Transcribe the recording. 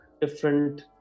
different